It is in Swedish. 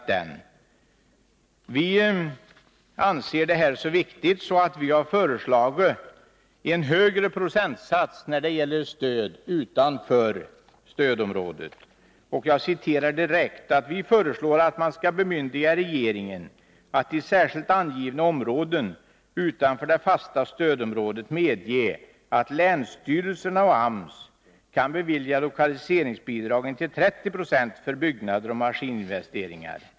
Vi anser att den här frågan är så viktig att vi har föreslagit en högre procentsats när det gäller stöd utanför stödområdet. Vi har föreslagit att riksdagen skall besluta att ”bemyndiga regeringen att i särskilt angivna områden utanför det fasta stödområdet medge att länsstyrelserna och AMS kan bevilja lokaliseringsbidrag intill 30 26 för byggnader och maskininvesteringar”.